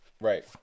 Right